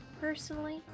personally